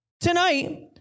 Tonight